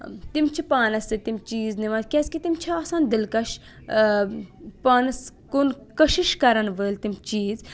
تِم چھِ پانَس سۭتۍ تِم چیٖز نِوان کیٛازکہِ تِم چھِ آسان دِلکَش پانَس کُن کشِش کَرَن وٲلۍ تِم چیٖز